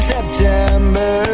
September